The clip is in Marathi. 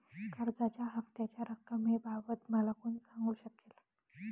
कर्जाच्या हफ्त्याच्या रक्कमेबाबत मला कोण सांगू शकेल?